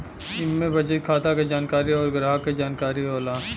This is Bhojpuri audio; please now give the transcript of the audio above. इम्मे बचत खाता क जानकारी अउर ग्राहक के जानकारी होला